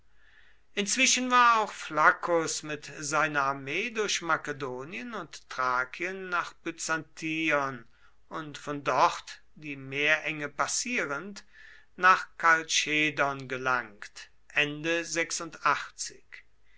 inzwischen war auch flaccus mit seiner armee durch makedonien und thrakien nach byzantion und von dort die meerenge passierend nach kalchedon gelangt